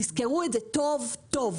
תזכרו את זה טוב-טוב